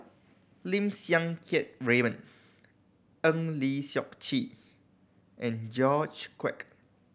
Lim Siang Keat Raymond Eng Lee Seok Chee and George Quek